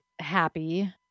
happy